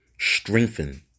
Strengthen